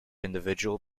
individual